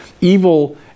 evil